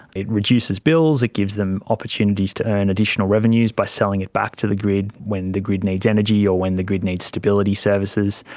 it reduces bills, it gives them opportunities to earn additional revenues by selling it back to the grid when the grid needs energy or when the grid needs stability services.